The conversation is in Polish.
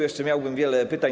Jeszcze miałbym wiele pytań.